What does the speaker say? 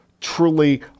truly